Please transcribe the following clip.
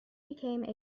became